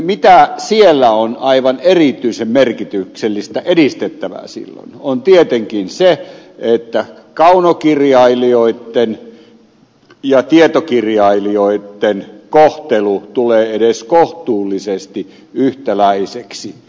mitä siellä on aivan erityisen merkityksellistä edistettävää silloin on tietenkin se että kaunokirjailijoitten ja tietokirjailijoitten kohtelu tulee edes kohtuullisesti yhtäläiseksi